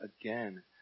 again